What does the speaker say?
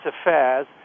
Affairs